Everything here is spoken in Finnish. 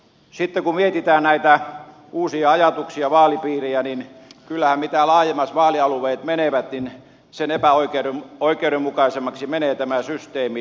sitten kun mietitään näitä uusia ajatuksia vaalipiirejä niin kyllähän mitä laajemmas vaalialueet menevät sen epäoikeudenmukaisemmaksi menee tämä systeemi